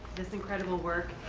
this incredible work.